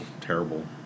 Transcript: terrible